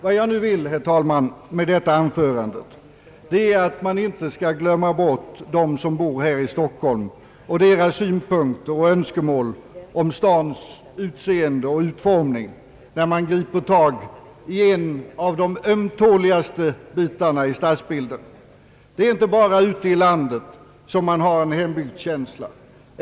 Vad jag nu vill, herr talman, med detta anförande är att man inte skall glömma bort dem som bor i Stockholm och deras synpunkter och önskemål om stadens utseende och utformning när man griper tag i en av de ömtåligaste bitarna i stadsbilden. Det är inte bara ute i landet man har en hembygdskänsla.